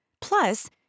Plus